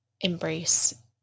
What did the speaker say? embrace